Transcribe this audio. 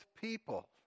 people